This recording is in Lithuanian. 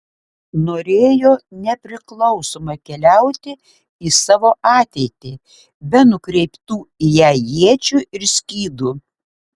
norėjo nepriklausoma keliauti į savo ateitį be nukreiptų į ją iečių ir skydų